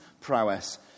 prowess